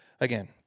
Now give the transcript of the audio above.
again